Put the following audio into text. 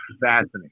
fascinating